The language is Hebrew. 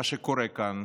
מה שקורה כאן,